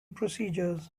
procedures